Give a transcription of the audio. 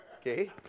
Okay